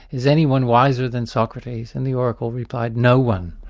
is anyone wiser than socrates? and the oracle replied no one.